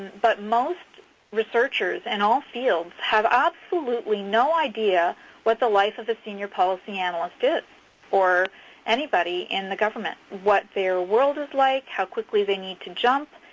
but most researchers in and all fields have absolutely no idea what the life of a senior policy analyst is or anybody in the government, what their world is like, how quickly they need to jump,